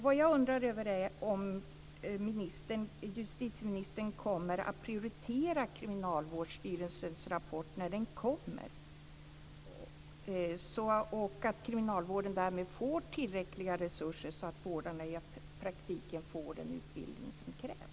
Vad jag undrar över är om justitieministern kommer att prioritera Kriminalvårdsstyrelsens rapport när den kommer så att kriminalvården därmed får tillräckliga resurser och att vårdarna i praktiken får den utbildning som krävs.